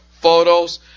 photos